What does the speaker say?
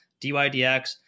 DYDX